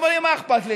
אומרים: מה אכפת לי,